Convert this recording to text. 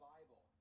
Bible